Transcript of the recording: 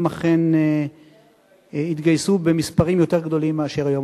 אכן יתגייסו במספרים יותר גדולים מאשר היום.